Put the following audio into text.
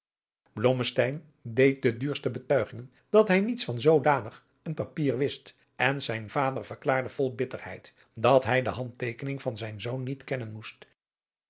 deed de duurste betuigingen dat hij niets van zoodanig een papier wist en zijn vader verklaarde vol bitterheid dat hij de handteekening van zijn zoon niet kennen moest